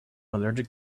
allergic